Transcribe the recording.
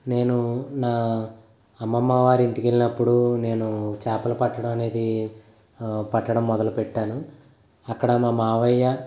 నేను నా అమ్మమ్మ వారి ఇంటికి వెళ్ళినప్పుడు నేను చేపలు పట్టడం అనేది పట్టడం మొదలు పెట్టాను అక్కడ మా మావయ్య